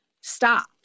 stop